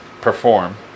perform